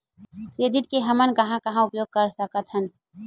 Credit के हमन कहां कहा उपयोग कर सकत हन?